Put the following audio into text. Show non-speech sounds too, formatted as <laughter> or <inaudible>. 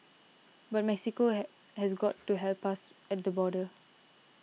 but Mexico <noise> has got to help us at the border